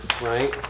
right